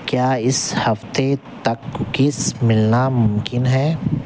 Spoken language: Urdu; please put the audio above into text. کیا اس ہفتے تک کوکیز ملنا ممکن ہے